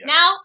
Now